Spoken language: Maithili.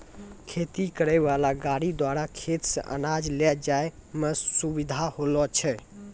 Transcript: खेती करै वाला गाड़ी द्वारा खेत से अनाज ले जाय मे सुबिधा होलो छै